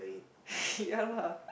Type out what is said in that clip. ya lah